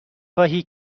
خواهی